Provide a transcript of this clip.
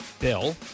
bill